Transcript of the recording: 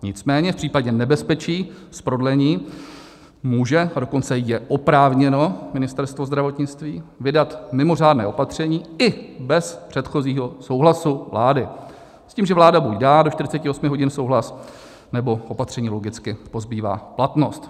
Nicméně v případě nebezpečí z prodlení může, a dokonce je oprávněno Ministerstvo zdravotnictví, vydat mimořádné opatření i bez předchozího souhlasu vlády s tím, že vláda buď dá do 48 hodin souhlas, nebo opatření logicky pozbývá platnost.